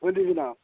ؤنِو جِناب